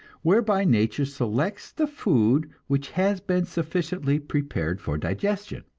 whereby nature selects the food which has been sufficiently prepared for digestion.